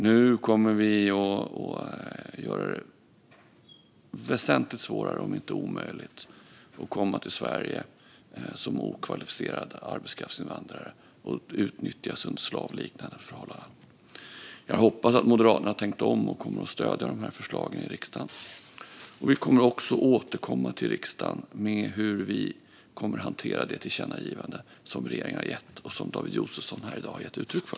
Nu kommer vi att göra det väsentligt svårare om inte omöjligt att komma till Sverige som okvalificerad arbetskraftsinvandrare och utnyttjas under slavliknande förhållanden. Jag hoppas att Moderaterna har tänkt om och kommer att stödja de här förslagen i riksdagen. Vi kommer också att återkomma till riksdagen med hur vi kommer att hantera det tillkännagivande som riksdagen har gett och som David Josefsson i dag har gett uttryck för.